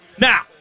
now